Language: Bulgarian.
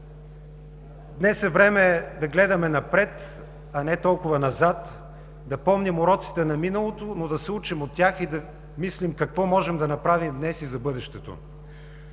Днес е време да гледаме напред, а не толкова назад, да помним уроците на миналото, но да се учим от тях и да мислим какво можем да направим днес и за бъдещето.